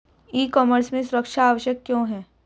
ई commerce में सुरक्षा आवश्यक क्यों है?